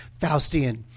Faustian